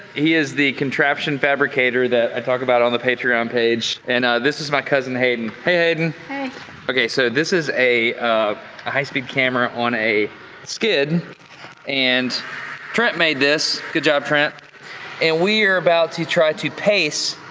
he is the contraption fabricator that i talk about on the patreon um page, and ah this is my cousin hayden, hey hayden okay, so this is a a high speed camera on a skid and trent made this, good job trent and we are about to try to pace